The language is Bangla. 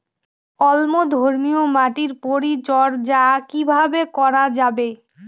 অম্লধর্মীয় মাটির পরিচর্যা কিভাবে করা যাবে?